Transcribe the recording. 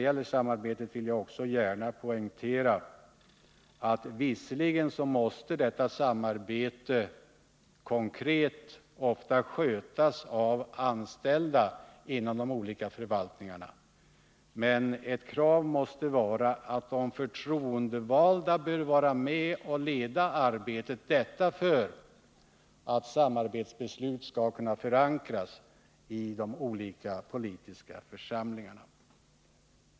Jag vill också gärna poängtera att detta samarbete visserligen konkret ofta måste skötas av anställda inom de olika förvaltningarna, men ett krav måste likväl vara att de förtroendevalda skall vara med och leda arbetet — detta för att samarbetsbeslut skall kunna förankras i de olika politiska församlingarna.